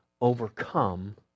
overcome